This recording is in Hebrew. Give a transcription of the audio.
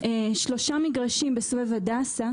שלושה מגרשים בסובב הדסה.